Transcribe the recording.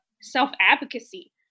self-advocacy